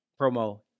promo